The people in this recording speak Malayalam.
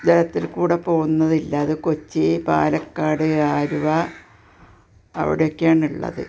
ജലത്തില് കൂടി പോകുന്നതില്ല അത് കൊച്ചി പാലക്കാട് ആലുവ അവിടെയൊക്കെയാണുള്ളത്